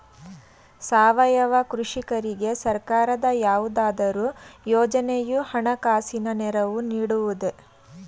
ಸಾವಯವ ಕೃಷಿಕರಿಗೆ ಸರ್ಕಾರದ ಯಾವುದಾದರು ಯೋಜನೆಯು ಹಣಕಾಸಿನ ನೆರವು ನೀಡುವುದೇ?